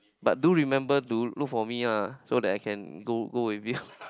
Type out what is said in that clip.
but do remember to look for me lah so I can go go with you